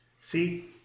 See